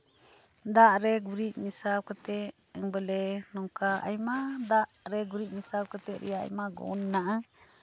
ᱫᱟᱜ ᱨᱮ ᱜᱩᱨᱤᱡ ᱢᱮᱥᱟ ᱠᱟᱛᱮ ᱵᱚᱞᱮ ᱱᱚᱝᱠᱟ ᱟᱭᱢᱟ ᱫᱟᱜ ᱨᱮ ᱜᱩᱨᱤᱡ ᱢᱮᱥᱟᱣ ᱠᱟᱛᱮ ᱟᱭᱢᱟ ᱜᱩᱱ ᱢᱮᱱᱟᱜᱼᱟ